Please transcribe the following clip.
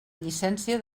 llicència